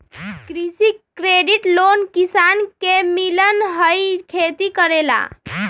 कृषि credit loan किसान के मिलहई खेती करेला?